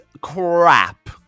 crap